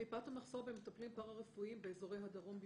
מפאת המחסור במטפלים פרה-רפואיים באזורי הדרום במיוחד,